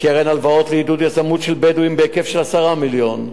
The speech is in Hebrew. קרן הלוואות לעידוד יזמות של בדואים בהיקף של 10 מיליון.